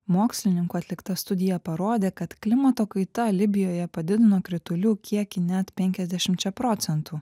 mokslininkų atlikta studija parodė kad klimato kaita libijoje padidino kritulių kiekį net penkiasdešimčia procentų